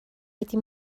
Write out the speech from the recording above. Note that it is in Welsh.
wedi